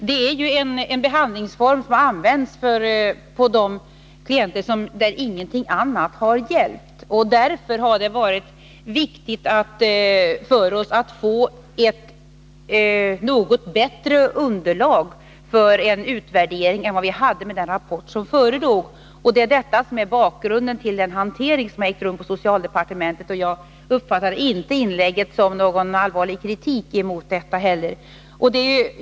Det är en behandlingsform som har använts för de klienter där ingenting annat har hjälpt, och därför har det varit viktigt för oss att få ett något bättre underlag för en utvärdering än vad vi hade med den rapport som förelåg. Det är detta som är bakgrunden till den hantering som har ägt rum på socialdepartementet, och jag uppfattar inte heller Blenda Littmarcks inlägg 107 som någon allvarlig kritik mot detta.